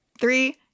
Three